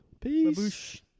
Peace